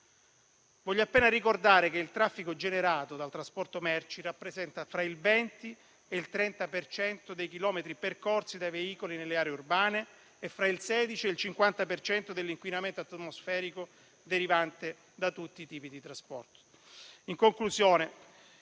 Voglio appena ricordare che il traffico generato dal trasporto merci rappresenta tra il 20 e il 30 per cento dei chilometri percorsi dai veicoli nelle aree urbane e fra il 16 e il 50 per cento dell'inquinamento atmosferico derivante da tutti i tipi di trasporto.